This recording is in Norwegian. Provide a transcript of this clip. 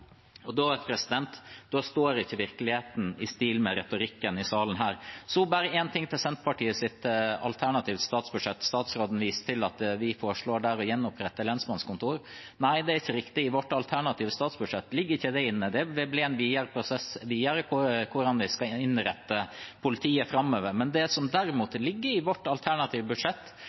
Da står ikke virkeligheten i stil med retorikken i salen her. Så én ting om Senterpartiets alternative statsbudsjett: Statsråden viste til at vi der foreslår å gjenopprette lensmannskontorer. Nei, det er ikke riktig. I vårt alternative statsbudsjett ligger det ikke inne. Det blir en videre prosess hvordan vi skal innrette politiet framover. Det som derimot ligger i vårt alternative budsjett,